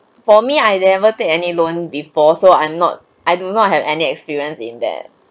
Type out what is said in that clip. for me I never take any loan before so I'm not I do not have any experience in that